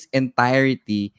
entirety